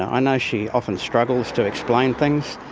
i know she often struggles to explain things,